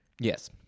Yes